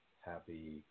happy